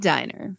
Diner